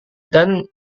dan